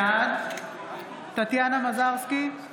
בעד טטיאנה מזרסקי,